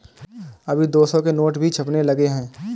अभी दो सौ के नोट भी छपने लगे हैं